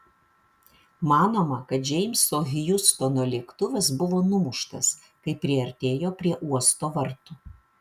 manoma kad džeimso hjustono lėktuvas buvo numuštas kai priartėjo prie uosto vartų